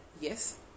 Yes